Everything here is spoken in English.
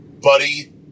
buddy